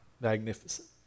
magnificent